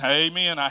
amen